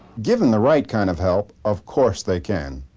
given the right kind of help, of course they can.